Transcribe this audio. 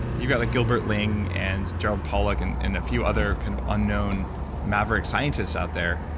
you got like gilbert ling and gerald pollock and and a few other kind of unknown maverick scientists out there,